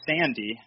Sandy